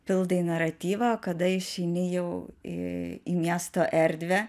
pildai naratyvą o kada išeini jau į į miesto erdvę